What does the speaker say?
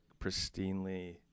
pristinely